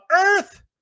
earth